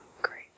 great